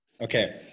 Okay